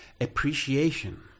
appreciation